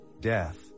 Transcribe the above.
death